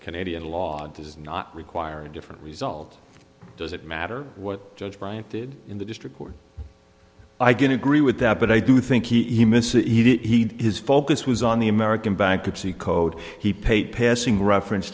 canadian law does not require a different result does it matter what judge bryant did in the district court i going to agree with that but i do think he misses he his focus was on the american bankruptcy code he paid passing reference